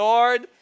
Lord